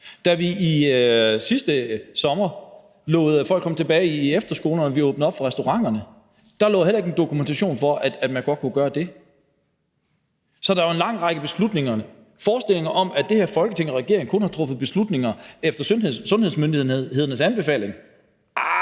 Da vi sidste sommer lod folk komme tilbage på efterskolerne og åbnede op for restauranterne, lå der er heller ikke dokumentation for, at man godt kunne gøre det. Så der er jo en lang række forestillinger om, at det her Folketing og regering kun har truffet beslutninger efter sundhedsmyndighedernes anbefaling.